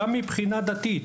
גם מבחינה דתית,